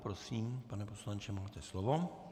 Prosím, pane poslanče, máte slovo.